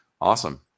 awesome